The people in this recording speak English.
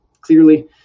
clearly